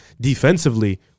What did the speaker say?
defensively